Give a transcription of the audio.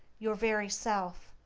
your very self.